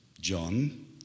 John